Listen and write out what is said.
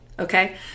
Okay